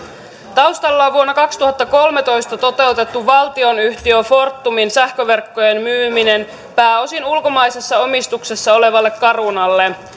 taustalla on vuonna kaksituhattakolmetoista toteutettu valtionyhtiö fortumin sähköverkkojen myyminen pääosin ulkomaisessa omistuksessa olevalle carunalle